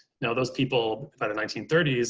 now those people by the nineteen thirty s,